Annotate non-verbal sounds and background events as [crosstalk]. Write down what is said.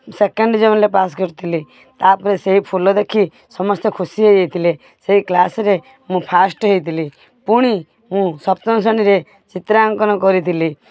second [unintelligible] pass କରିଥିଲି ତା'ପରେ ସେହି ଫୁଲ ଦେଖି ସମସ୍ତେ ଖୁସି ହେଇଯାଇଥିଲେ ସେଇ କ୍ଲାସ୍ରେ ସେଇ କ୍ଲାସ୍ରେ ମୁଁ ଫାଷ୍ଟ ହେଇଥିଲି ପୁଣି ମୁଁ ସପ୍ତମ ଶ୍ରେଣୀରେ ଚିତ୍ରାଙ୍କନ କରିଥିଲି